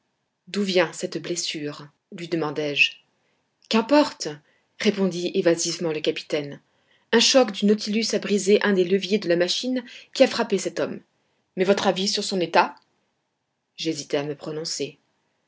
d'où vient cette blessure lui demandai-je qu'importe répondit évasivement le capitaine un choc du nautilus a brisé un des leviers de la machine qui a frappé cet homme mais votre avis sur son état j'hésitais à me prononcer